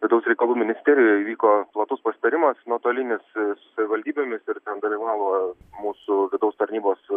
vidaus reikalų ministerijoj įvyko platus pasitarimas nuotolinis su savivaldybėmis ir ten dalyvavo mūsų vidaus tarnybos